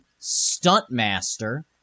Stuntmaster